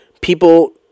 People